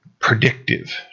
predictive